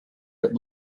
that